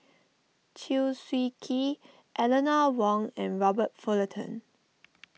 Chew Swee Kee Eleanor Wong and Robert Fullerton